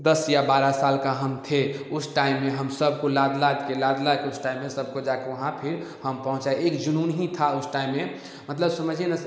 दस या बारह साल का हम थे उस टाइम में हम सब को लाद लाद के लाद लाद के उस टाइम में सबको जा कर वहाँ फिर हम पहुँचाए एक जुनून ही था उस टाइम ये मतलब समझिए न